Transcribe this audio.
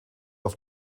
auf